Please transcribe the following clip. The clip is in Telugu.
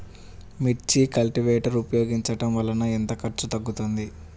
మిర్చి కల్టీవేటర్ ఉపయోగించటం వలన ఎంత ఖర్చు తగ్గుతుంది?